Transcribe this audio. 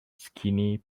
skinny